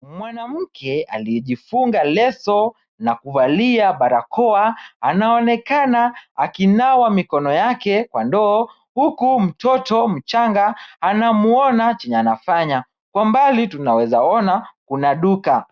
Mwanamke aliyejifunga leso. Na kuvalia barakoa, anaonekana akinawa mikono yake kwa ndoo, huku mtoto mchanga anamwona chenye anafanya. kwa mbali tunawezaona kuna duka